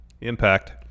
impact